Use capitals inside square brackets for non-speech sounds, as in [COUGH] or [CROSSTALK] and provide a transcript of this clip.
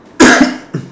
[COUGHS]